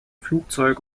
flugzeug